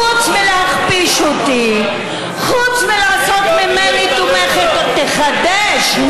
חוץ מלהכפיש אותי, חוץ מלעשות ממני תומכת, תחדש.